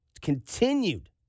continued